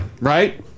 Right